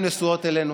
העיניים נשואות אלינו.